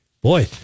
boy